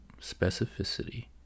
specificity